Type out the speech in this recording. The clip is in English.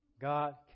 God